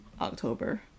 October